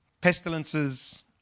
pestilences